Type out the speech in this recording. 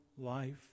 life